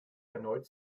erneut